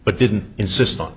but didn't insist on